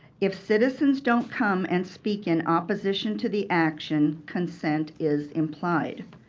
if citizens don't come and speak in opposition to the action, consent is implied.